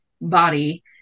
body